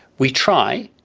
we try.